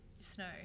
snow